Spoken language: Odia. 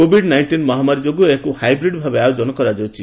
କୋଭିଡ୍ ନାଇଣ୍ଟିନ୍ ମହାମାରୀ ଯୋଗୁଁ ଏହାକୁ ହାଇବ୍ରିଡ୍ ଭାବେ ଆୟୋଜନ କରାଯାଉଛି